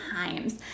Times